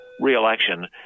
re-election